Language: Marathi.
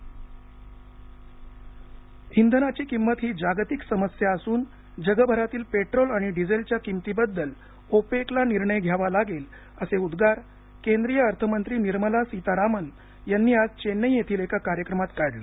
निर्मला सीतारामन इंधनाची किंमत ही जागतिक समस्या असून जगभरातील पेट्रोल आणि डिझेलच्या किंमतींबद्दल ओपेकला निर्णय घ्यावा लागेल असे उद्गार केंद्रीय अर्थमंत्री निर्मला सितारामन यांनी आज चेन्नई येथील एका कार्यक्रमात काढले